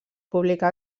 publicà